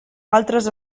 altres